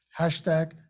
Hashtag